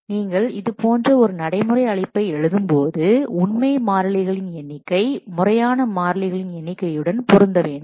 நீங்கள் இது போன்ற ஒரு நடைமுறை அழைப்பை எழுதும்போது உண்மை மாறிலிகளின் எண்ணிக்கை முறையான மாறிலிகளின் எண்ணிக்கையுடன் பொருந்த வேண்டும்